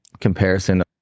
comparison